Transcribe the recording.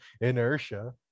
inertia